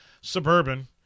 suburban